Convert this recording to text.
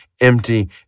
empty